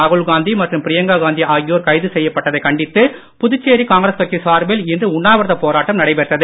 ராகுல்காந்தி மற்றும் பிரியங்கா காந்தி ஆகியோர் கைது செய்யப்பட்டதை கண்டித்து புதுச்சேரி காங்கிரஸ் கட்சி சார்பில் இன்று உண்ணாவிரதப் போராட்டம் நடைபெற்றது